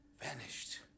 Vanished